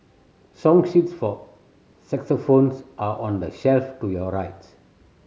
song sheets for are on the shelf to your rights